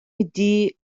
midi